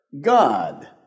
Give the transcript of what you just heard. God